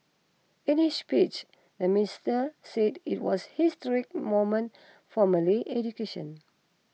in his speech the minister said it was historic moment for Malay education